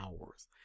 hours